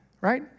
right